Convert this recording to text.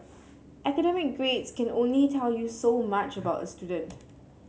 academic grades can only tell you so much about a student